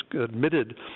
admitted